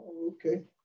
Okay